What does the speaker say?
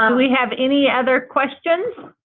um we have any other questions?